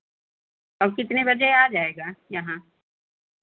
और कितने बजे आ जाएगा यहाँ